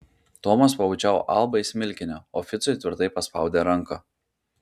tomas pabučiavo albą į smilkinį o ficui tvirtai paspaudė ranką